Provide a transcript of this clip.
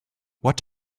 what